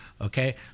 okay